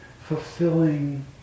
fulfilling